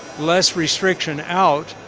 less restriction out